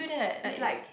it's like